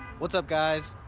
what's up guys,